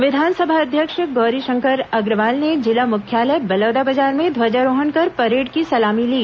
विधानसभा अध्यक्ष गौरीशंकर अग्रवाल ने जिला मुख्यालय बलौदाबाजार में ध्वाजारोहण कर परेड की सलामी ली